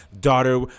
daughter